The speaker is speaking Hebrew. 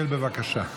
כנסת נכבדה,